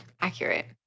Accurate